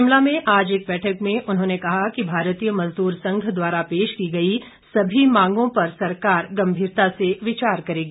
शिमला में आज एक बैठक में उन्होंने कहा कि भारतीय मजदूर संघ द्वारा पेश की गई सभी मांगों पर सरकार गंभीरता से विचार करेगी